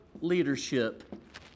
leadership